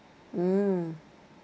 mm